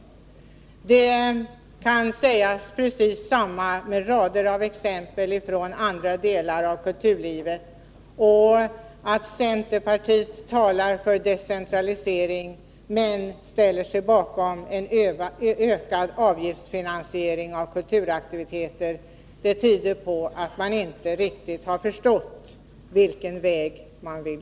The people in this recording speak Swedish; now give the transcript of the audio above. Precis samma sak kan sägas med rader av exempel från andra delar av kulturlivet. Och att centerpartiet talar för decentralisering men ställer sig bakom en ökad avgiftsfinansiering av kulturaktiviteter tyder på att man inte riktigt har förstått vilken väg man vill